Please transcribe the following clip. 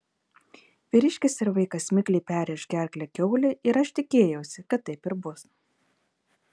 vyriškis ir vaikas mikliai perrėš gerklę kiaulei ir aš tikėjausi kad taip ir bus